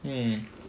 mm